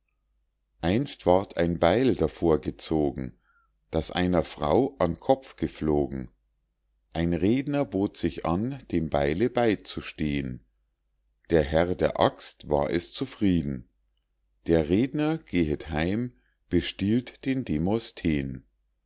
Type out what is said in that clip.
einst ward ein beil davor gezogen das einer frau an kopf geflogen ein redner bot sich an dem beile beizustehn der herr der axt war es zufrieden der redner gehet heim bestiehlt den